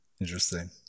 interesting